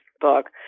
book